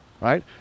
right